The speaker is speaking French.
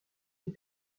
des